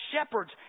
shepherds